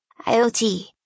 IoT